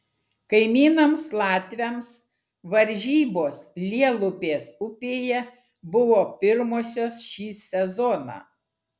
kaimynams latviams varžybos lielupės upėje buvo pirmosios šį sezoną